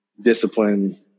discipline